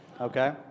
okay